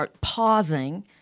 pausing